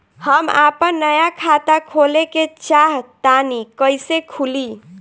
हम आपन नया खाता खोले के चाह तानि कइसे खुलि?